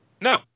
No